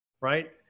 right